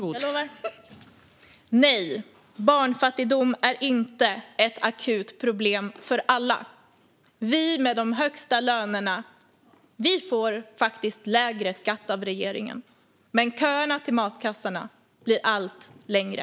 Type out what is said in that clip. Fru talman! Nej, barnfattigdom är inte ett akut problem för alla. Vi med de högsta lönerna får lägre skatt av regeringen. Men köerna till matkassarna blir allt längre.